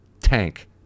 tank